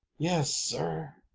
yes, sir,